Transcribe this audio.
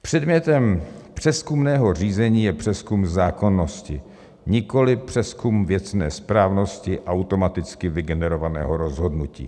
Předmětem přezkumného řízení je přezkum zákonnosti, nikoliv přezkum věcné správnosti automaticky vygenerovaného rozhodnutí.